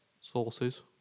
sources